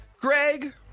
Greg